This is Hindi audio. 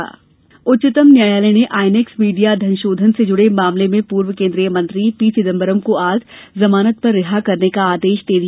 चिदम्बरम जमानत उच्चतम न्यायालय ने आईएनएक्स मीडिया धनशोधन से जुड़े मामले में पूर्व केंद्रीय मंत्री पी चिंदबरम को आज जमानत पर रिहा करने का आदेश दे दिया